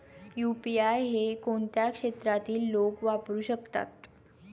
UPI हे कोणत्या क्षेत्रातील लोक वापरू शकतात?